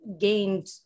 gained